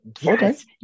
Yes